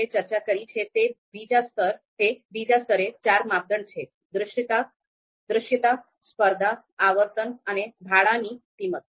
આપણે ચર્ચા કરી છે તે બીજા સ્તરે ચાર માપદંડ છે દૃશ્યતા સ્પર્ધા આવર્તન અને ભાડાની કિંમત